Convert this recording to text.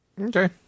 Okay